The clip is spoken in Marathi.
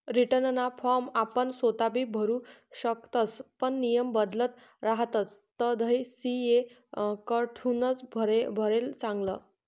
रीटर्नना फॉर्म आपण सोताबी भरु शकतस पण नियम बदलत रहातस तधय सी.ए कडथून भरेल चांगलं